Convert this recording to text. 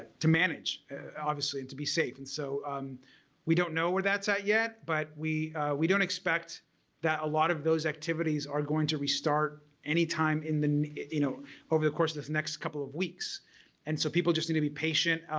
to manage obviously and to be safe and so um we don't know where that's at yet but we we don't expect that a lot of those activities are going to restart anytime you know over the course that's next couple of weeks and so people just need to be patient.